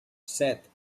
set